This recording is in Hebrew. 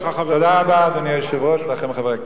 תודה רבה, אדוני היושב-ראש, ולכם, חברי הכנסת.